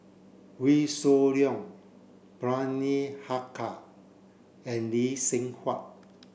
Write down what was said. Wee Shoo Leong Bani Haykal and Lee Seng Huat